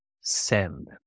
send